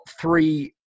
three